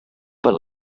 but